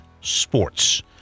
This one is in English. sports